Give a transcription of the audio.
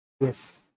Yes